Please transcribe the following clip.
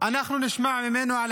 אנחנו נשמע ממנו על